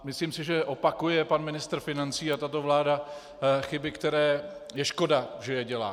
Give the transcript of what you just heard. Myslím si, že opakuje pan ministr financí a tato vláda chyby, které je škoda, že je dělá.